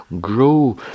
grow